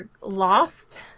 lost